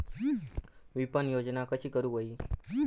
विपणन योजना कशी करुक होई?